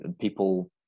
people